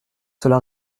cela